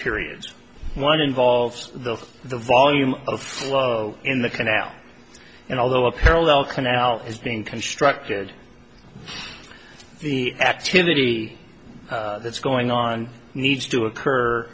periods one involves the the volume of flow in the canal and although a parallel canal is being constructed the activity that's going on needs to occur